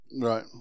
Right